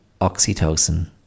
oxytocin